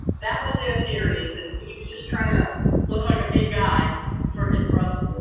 that was their theory is that he was just trying to look like a big guy for his brother